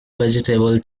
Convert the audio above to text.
vegetable